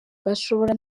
bashobora